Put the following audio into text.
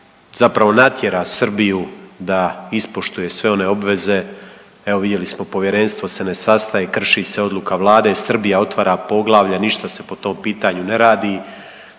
zapravo natjera Srbiju da ispoštuje sve one obveze, evo vidjeli smo povjerenstvo se ne sastaje, krši se odluka vlade i Srbija otvara poglavlje, ništa se po tom pitanju ne radi.